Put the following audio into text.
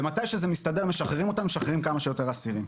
ומתי שזה מסתדר משחררים אותם ומשחררים כמה שיותר אסירים.